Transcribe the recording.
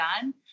done